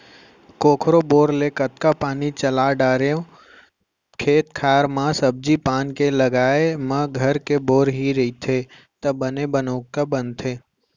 कोकरो बोर ले कतका पानी चला डारवे खेत खार म सब्जी पान के लगाए म घर के ही बोर रहिथे त बने बनउका बनथे